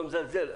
לא מזלזל,